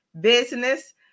business